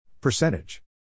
Percentage